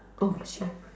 oh sure